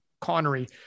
Connery